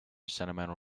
sentimental